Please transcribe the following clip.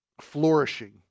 flourishing